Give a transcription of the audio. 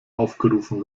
aufgerufen